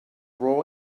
raw